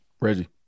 Reggie